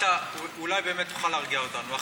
אולי באמת תוכל להרגיע אותנו.